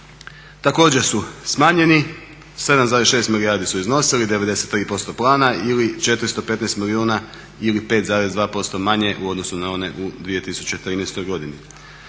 također su smanjeni 7,6 milijardi su iznosili, 93% plana ili 415 milijuna ili 5,2% manje u odnosu na one u 2013.godini.